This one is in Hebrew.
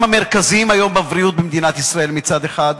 המרכזיים היום בבריאות במדינת ישראל מצד אחד,